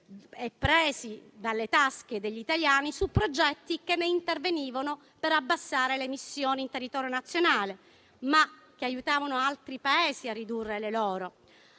presi dalle tasche degli italiani, su progetti che intervenivano per abbassare le emissioni in territorio nazionale, aiutando però altri Paesi a ridurre le loro.